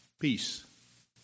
peace